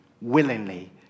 willingly